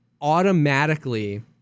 automatically